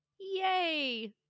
yay